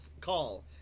call